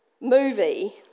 movie